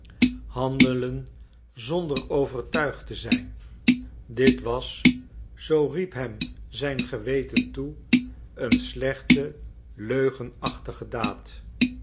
handelen zonder overtuigd te zijn dit was zoo riep hem zijn geweten toe een slechte leugenachtige daad